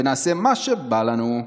ונעשה מה שבא לנו.